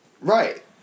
Right